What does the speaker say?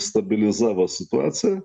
stabilizavo situaciją